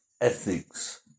ethics